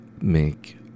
make